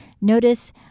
Notice